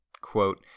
quote